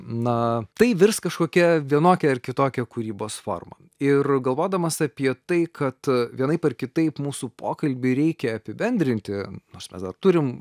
na tai virs kažkokia vienokia ar kitokia kūrybos forma ir galvodamas apie tai kad vienaip ar kitaip mūsų pokalbį reikia apibendrinti nors mes dar turim